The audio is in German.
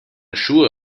schuhe